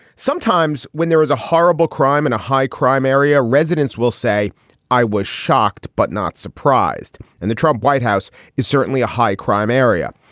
sometimes when there was a horrible crime in a high crime area, residents will say i was shocked, but not surprised. and the trump white house is certainly a high crime area.